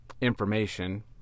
information